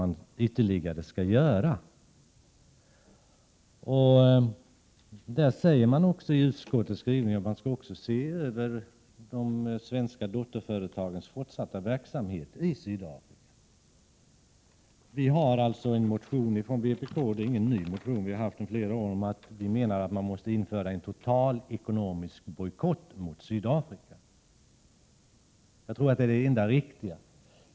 I utvärderingen skall också tas upp vilka ytterligare åtgärder som kan vidtas. I utskottets skrivning sägs att man även skall se över de svenska dotterföretagens fortsatta verksamhet i Sydafrika. Vi har från vpk:s sida väckt en motion i denna fråga. Det är ingen ny motion, utan vi har väckt den under flera års tid. Vi menar att man måste genomföra en total ekonomisk bojkott mot Sydafrika. Jag tror att det är det enda riktiga.